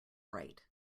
right